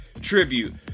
tribute